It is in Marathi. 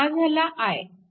हा झाला i